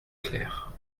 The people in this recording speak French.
clair